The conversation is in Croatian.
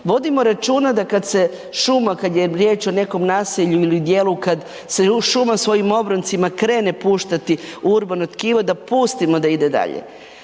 vodimo računa da kad se šuma, kad je riječ o nekom naselju ili dijelu kad se šuma svojim obroncima krene puštati u urbano tkivo i da pustimo da ide dalje.